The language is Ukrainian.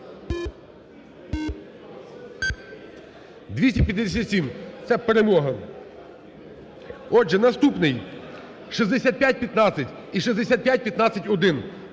За-257 Це перемога. Отже, наступний – 6515 і 6515-1.